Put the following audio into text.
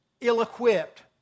ill-equipped